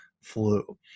flu